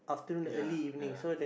ya ya